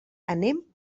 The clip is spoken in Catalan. anem